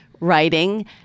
writing